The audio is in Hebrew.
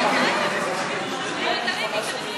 הכנסת (תיקון, שלילת סמכותו של בית-המשפט העליון